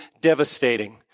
devastating